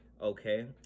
Okay